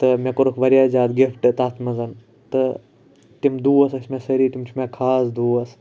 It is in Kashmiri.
تہٕ مےٚ کۄرُکھ واریاہ زیادٕ گِفٹہٕ تَتھ مَنز تہٕ تِم دوس ٲسۍ مےٚ سٲری تِم چھِ مےٚ خاص دوس